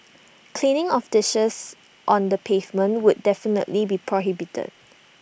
cleaning of dishes on the pavement would definitely be prohibited